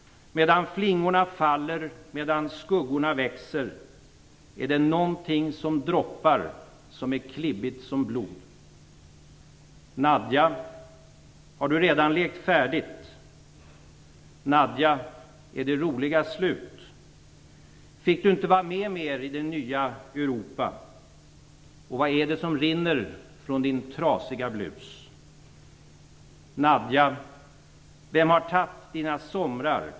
Medan flingorna faller, medan skuggorna växer, är det nånting som droppar, som är klibbigt som blod. Nadja, har du redan lekt färdigt? Fick du inte va med mer i det nya Europa? Och vad är det som rinner från din trasiga blus? Nadja, vem har tatt dina somrar?